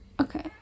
Okay